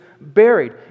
buried